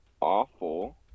awful